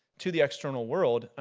to the external world,